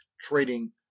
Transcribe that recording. trading